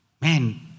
man